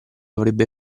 avrebbe